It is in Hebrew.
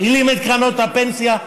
הלאים את קרנות הפנסיה,